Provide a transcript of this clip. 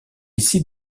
ici